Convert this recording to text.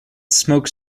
smoke